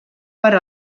per